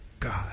God